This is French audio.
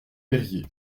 perier